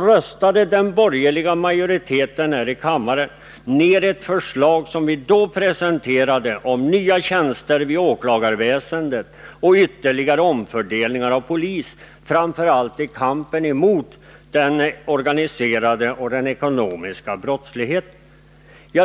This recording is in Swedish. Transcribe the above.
röstade den borgerliga majoriteten här i kammaren ned ett förslag som vi presenterade om nya tjänster vid åklagarväsendet och ytterligare omfördelningar av polistjänster framför allt i kampen mot den organiserade och ekonomiska brottsligheten.